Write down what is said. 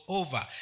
over